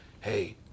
hey